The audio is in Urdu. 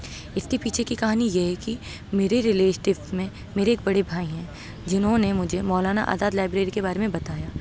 اس کے پیچھے کی کہانی یہ ہے کہ میرے ریلیٹیو میں میرے ایک بڑے بھائی ہیں جنہوں نے مجھے مولانا آزاد لائبریری کے بارے میں بتایا